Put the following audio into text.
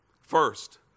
First